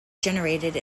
generated